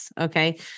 Okay